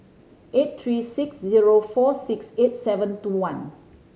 eight three six zero four six eight seven two one